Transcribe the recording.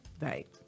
Right